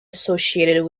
associated